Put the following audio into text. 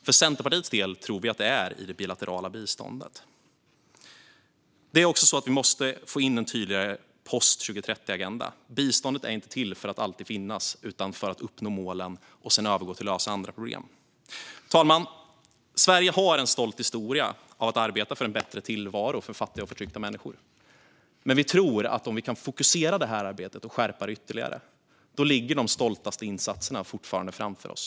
För Centerpartiets del tror vi att det är i det bilaterala biståndet. Vi måste också få in en tydligare post-2030-agenda. Biståndet är inte till för att alltid finnas utan för att uppnå målen och sedan övergå till att lösa andra problem. Herr talman! Sverige har en stolt historia av att arbeta för en bättre tillvaro för fattiga och förtryckta människor. Vi tror att om vi kan fokusera arbetet och skärpa det ytterligare ligger de stoltaste insatserna fortfarande framför oss.